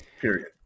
Period